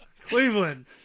Cleveland